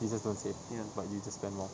you just don't save but you just spend more